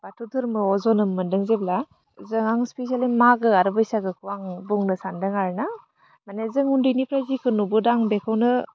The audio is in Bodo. बाथौ धोरोमआव जोनोम मोनदों जेब्ला जों आं स्पिसेलि मागो आरो बैसागोखौ आं बुंनो सानदों आरोना माने जों उन्दैनिफ्राय जेखौ नुबोदों आं बेखौनो